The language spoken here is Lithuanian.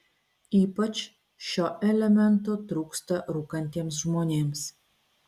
ypač šio elemento trūksta rūkantiems žmonėms